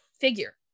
figure